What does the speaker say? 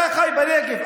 אתה חי בנגב.